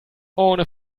ohne